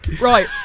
Right